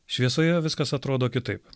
šviesoje viskas atrodo kitaip